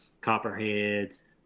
copperheads